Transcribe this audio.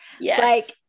Yes